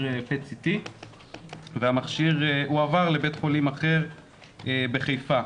PET-CT והמכשיר הועבר לבית חולים אחר בחיפה.